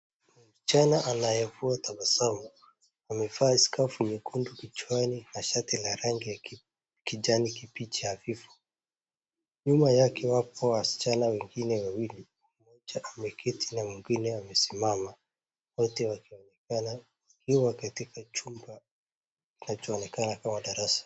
Msichana anayetoa tabasamu amevaa skafu nyekundu kichwani na shati la rangi ya kijani kibichi ,nyuma yake wapo wasichana wengine wawili mmoja ameketi na mwengine amesimama wote, wakiwa katika chumba kinachoonekana kama darasa.